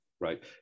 right